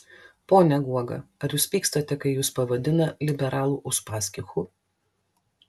pone guoga ar jūs pykstate kai jus pavadina liberalų uspaskichu